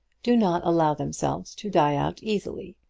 do not allow themselves to die out easily,